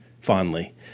fondly